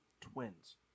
Twins